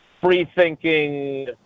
free-thinking